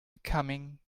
becoming